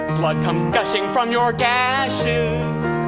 blood comes gushing from your gashes.